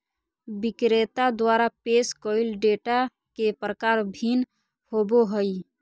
विक्रेता द्वारा पेश कइल डेटा के प्रकार भिन्न होबो हइ